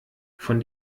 von